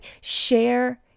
share